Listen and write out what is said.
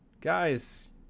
guys